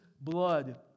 blood